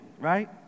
right